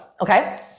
okay